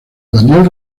daniel